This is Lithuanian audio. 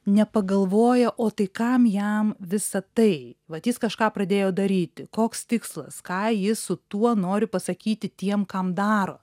nepagalvoja o tai kam jam visa tai vat jis kažką pradėjo daryti koks tikslas ką jis su tuo nori pasakyti tiem kam daro